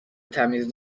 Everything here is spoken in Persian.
تمیز